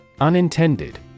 Unintended